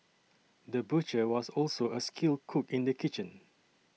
the butcher was also a skilled cook in the kitchen